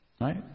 Right